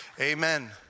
Amen